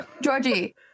Georgie